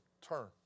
turn